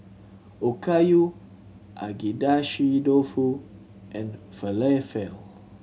Okayu Agedashi Dofu and Falafel